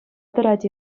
тӑрать